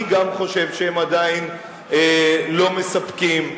אני גם חושב שהם עדיין לא מספקים,